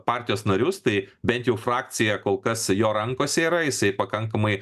partijos narius tai bent jau frakcija kol kas jo rankose yra jisai pakankamai